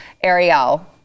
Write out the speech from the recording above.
Ariel